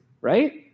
right